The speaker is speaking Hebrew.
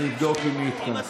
אני אבדוק אם היא התכנסה.